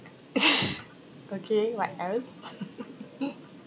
okay what else